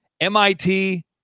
MIT